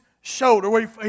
shoulder